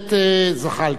הכנסת זחאלקה.